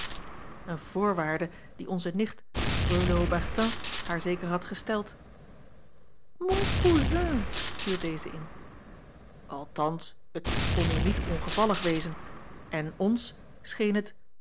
eene voorwaarde die onze nicht freule haubertin haar zeker had gesteld mon cousin viel deze in althans het kon u niet ongevallig wezen en ons scheen het